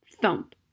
thump